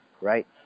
right